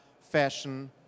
fashion